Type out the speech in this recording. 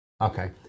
Okay